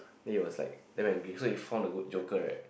then he was like damn angry so he found the good Joker right